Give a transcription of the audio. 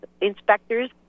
inspectors